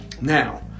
Now